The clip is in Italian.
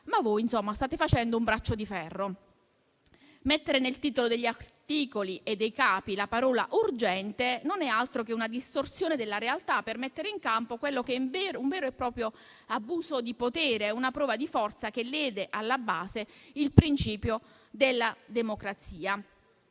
ma voi state facendo un braccio di ferro. Inserire nel titolo degli articoli e dei capi la parola «urgente» non è altro che una distorsione della realtà per mettere in campo quello che è un vero e proprio abuso di potere, una prova di forza che lede alla base il principio della democrazia.